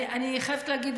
אני חייבת להגיד,